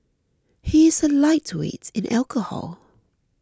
he is a lightweight in alcohol